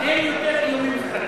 אין יותר איומים אסטרטגיים.